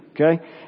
Okay